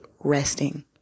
resting